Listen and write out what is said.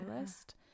list